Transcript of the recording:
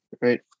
Right